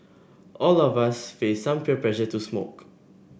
all of us faced some peer pressure to smoke